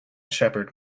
shepherd